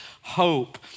hope